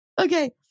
Okay